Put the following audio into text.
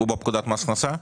הוא בפקודת מס הכנסה?